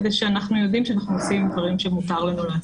כדי שנדע שאנחנו עושים דברים שמותר לנו לעשות.